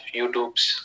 YouTube's